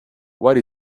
what